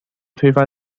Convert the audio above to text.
推翻